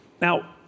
now